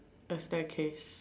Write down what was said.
A staircase